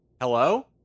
Hello